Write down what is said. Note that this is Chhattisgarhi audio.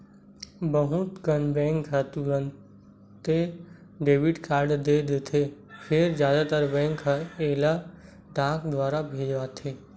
बहुत कन बेंक ह तुरते डेबिट कारड दे देथे फेर जादातर बेंक ह एला डाक दुवार भेजथे